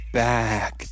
back